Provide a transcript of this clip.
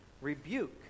rebuke